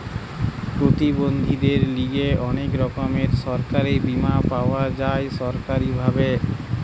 প্রতিবন্ধীদের লিগে অনেক রকমের সরকারি বীমা পাওয়া যায় সরকারি ভাবে